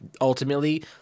ultimately